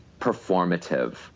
performative